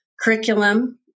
curriculum